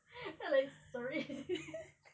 I like sorry